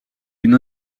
une